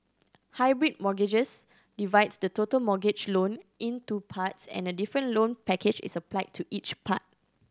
hybrid mortgages divides the total mortgage loan into parts and a different loan package is applied to each part